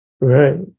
Right